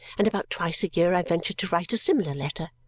and about twice a year i ventured to write a similar letter.